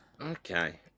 Okay